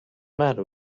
matter